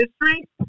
history